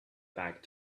back